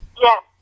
Yes